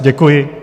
Děkuji.